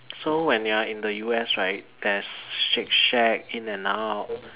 so when you are in the U_S right there's Shake-Shack In-and-Out